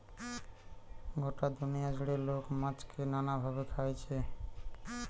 গটা দুনিয়া জুড়ে লোক মাছকে নানা ভাবে খাইছে